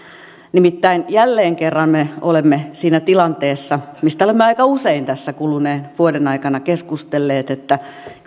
nimittäin jälleen kerran me olemme siinä tilanteessa mistä olemme aika usein tässä kuluneen vuoden aikana keskustelleet että